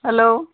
hello